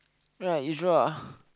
right you draw ah